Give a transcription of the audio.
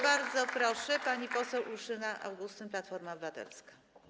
Bardzo proszę, pani poseł Urszula Augustyn, Platforma Obywatelska.